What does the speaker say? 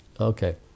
Okay